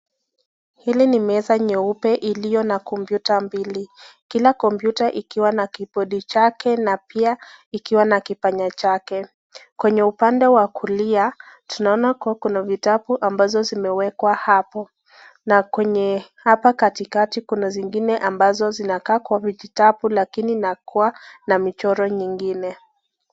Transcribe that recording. Hii ni meza nyeupe iliona kompyuta mbili. Kila kompyuta ikiwa na kibodi chake na pia ikiwa na kipanya chake. Kwenye upande wa kulia tunaona kuwa kuna vitabu ambazo zimewekwa hapo, na kwenye hapa katikati kuna zingine ambazo zinakaa kuwa vijitabu lakini inakua na michoro nyingine.